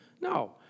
No